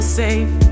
safe